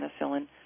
penicillin